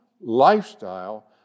lifestyle